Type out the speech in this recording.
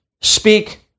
speak